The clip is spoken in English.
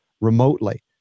remotely